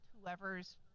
whoever's